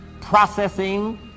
processing